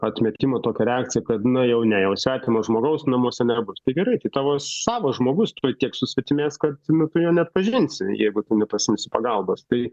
atmetimą tokią reakciją kad na jau ne jau svetimo žmogaus namuose nebus tai gerai tai tavo savas žmogus tiek susvetimėjęs kad nu tu jo neatpažinsi jeigu tu nepasiimsi pagalbos tai